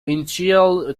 initial